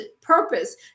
purpose